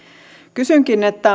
kysynkin